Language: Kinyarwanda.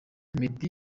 meddy